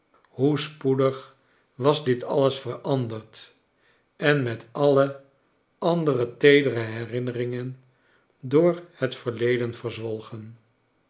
hoe spoedig was dit alles veranderd en met alle andere teedere herinneringen door het verleden verzwolgen